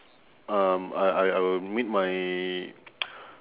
um I I I will meet my